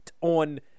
on